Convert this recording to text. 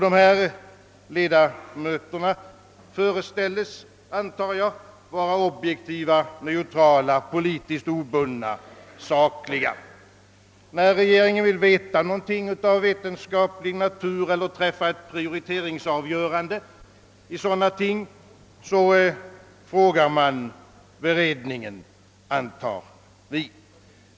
Dessa ledamöter föreställes vara, antar jag, objektiva, neutrala, politiskt obundna och sakliga. När regeringen vill få något besked av vetenskaplig natur eller träffa ett prioriteringsavgörande i vetenskapliga frågor vänder man sig till beredningen, antar jag.